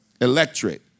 electric